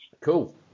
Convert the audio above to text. Cool